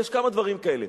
יש כמה דברים כאלה.